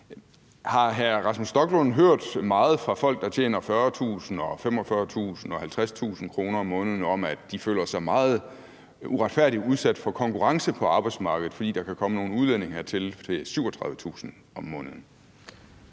Har hr. Rasmus Stoklund hørt meget fra folk, der tjener 40.000 kr. eller 45.000 kr. eller 50.000 kr. om måneden, om, at de føler sig meget uretfærdigt udsat for konkurrence på arbejdsmarkedet, fordi der kan komme nogle udlændinge hertil til 37.000 kr. om måneden?